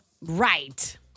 Right